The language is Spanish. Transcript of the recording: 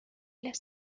las